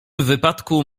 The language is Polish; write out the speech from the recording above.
wypadku